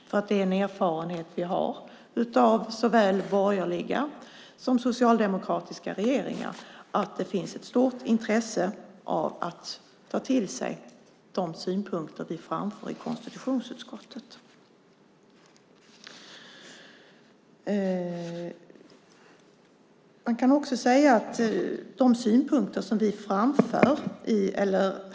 Det är en erfarenhet vi har av såväl borgerliga som socialdemokratiska regeringar att det finns ett stort intresse av att ta till sig de synpunkter vi framför i konstitutionsutskottet.